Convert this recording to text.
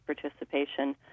participation